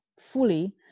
fully